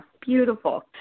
beautiful